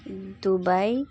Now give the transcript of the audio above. Dubai